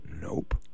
Nope